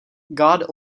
god